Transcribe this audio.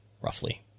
roughly